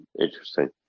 interesting